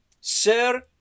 Sir